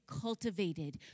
cultivated